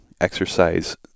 exercise